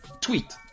tweet